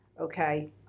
okay